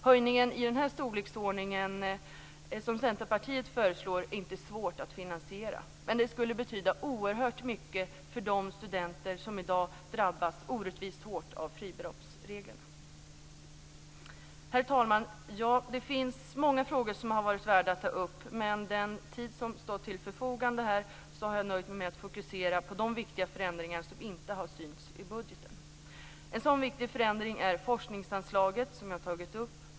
Höjningar i den storleksordning som Centerpartiet föreslår är inte svåra att finansiera men skulle betyda mycket för de studenter som i dag drabbas orättvist hårt av fribeloppsreglerna. Herr talman! Det finns många frågor som hade varit värda att ta upp. Med den tid som har stått till mitt förfogande har jag dock nöjt mig med att fokusera på de viktiga förändringar som inte har synts i budgeten. En sådan viktig förändring är forskningsanslaget, som jag har tagit upp.